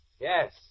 Yes